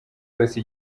yose